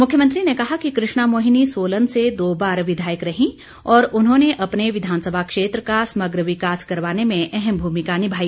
मुख्यमंत्री ने कहा कि कृष्णा मोहिनी सोलन से दो बार विधायक रहीं और उन्होंने अपने विधानसभा क्षेत्र का समग्र विकास करवाने में अहम भूमिका निभाई